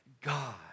God